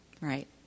right